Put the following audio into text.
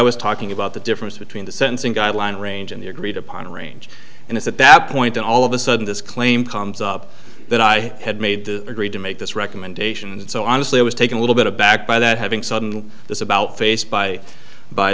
was talking about the difference between the sentencing guideline range and the agreed upon a range and if at that point all of a sudden this claim comes up that i had made to agree to make this recommendation and so honestly i was taken a little bit aback by that having sudden this about face by by